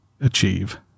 achieve